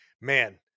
Man